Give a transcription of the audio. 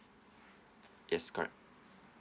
yes correct